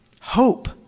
hope